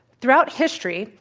throughout history,